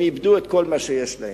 הם איבדו את כל מה שיש להם.